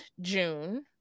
June